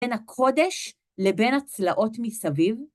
בין הקודש לבין הצלעות מסביב.